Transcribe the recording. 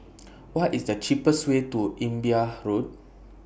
What IS The cheapest Way to Imbiah Road